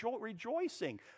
rejoicing